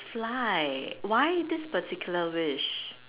fly why this particular wish